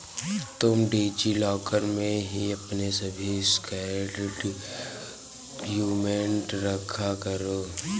तुम DigiLocker में ही अपने सभी स्कैंड डाक्यूमेंट रखा करो